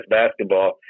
basketball